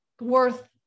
worth